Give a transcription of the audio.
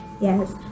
Yes